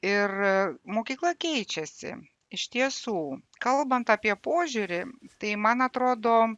ir mokykla keičiasi iš tiesų kalbant apie požiūrį tai man atrodo